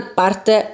parte